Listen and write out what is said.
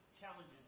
challenges